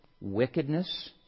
wickedness